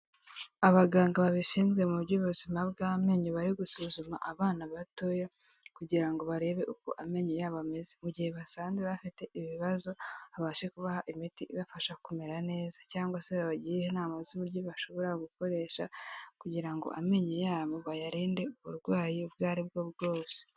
Abaganga babishinzwe mu by'ubuzima bw'amenyo bari gusuzuma abana batoya kugira ngo barebe uko amenyo yabo ameze, mu gihe basanze bafite ibibazo babashe kubaha imiti ibafasha kumera neza cyangwa se babagire inama z'uburyo bashobora gukoresha kugira ngo amenyo yabo bayarinde uburwayi ubwo aribwo bwose.